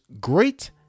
great